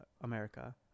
America